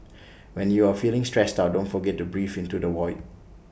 when you are feeling stressed out don't forget to breathe into the void